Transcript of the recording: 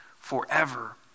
forever